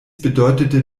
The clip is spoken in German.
bedeutete